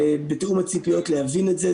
בתיאום הציפיות להבין את זה.